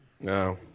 No